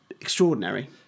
extraordinary